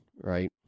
right